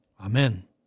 Amen